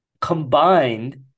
Combined